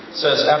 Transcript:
says